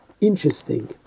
interesting